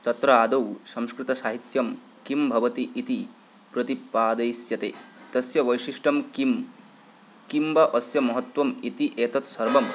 तत्र आदौ संस्कृतसाहित्यं किं भवति इति प्रतिपादयिष्यते तस्य वैशिष्ट्यं किं किं वा अस्य महत्त्वं इति एतत् सर्वं